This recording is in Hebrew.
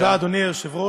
תודה, אדוני היושב-ראש,